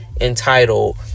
entitled